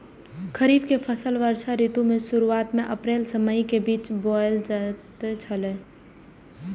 खरीफ के फसल वर्षा ऋतु के शुरुआत में अप्रैल से मई के बीच बौअल जायत छला